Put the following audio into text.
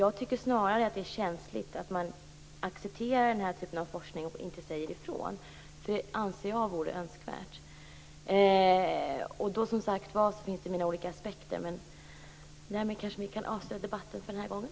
Jag tycker snarare att det är känsligt att man accepterar den här typen av forskning och inte säger ifrån. Det anser jag vore önskvärt. Det finns många olika aspekter. Därmed kanske vi kan avsluta debatten för den här gången.